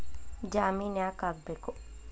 ಜಾಮಿನ್ ಯಾಕ್ ಆಗ್ಬೇಕು?